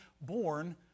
born